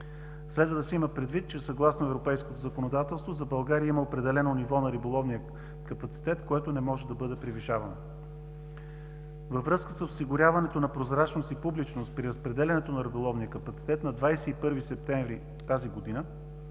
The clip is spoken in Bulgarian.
Следва да се има предвид, че съгласно европейското законодателство за България има определено ниво на риболовния капацитет, което не може да бъде превишавано. Във връзка с осигуряването на прозрачност и публичност при разпределянето на риболовския капацитет на 21 септември 2017 г.